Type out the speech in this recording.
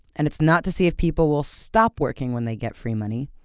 and it's not to see if people will stop working when they get free money.